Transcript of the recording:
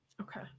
Okay